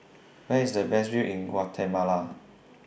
Where IS The Best View in Guatemala